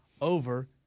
over